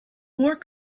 more